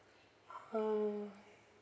mm